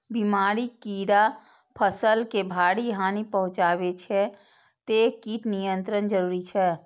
बीमारी, कीड़ा फसल के भारी हानि पहुंचाबै छै, तें कीट नियंत्रण जरूरी छै